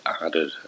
added